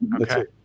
Okay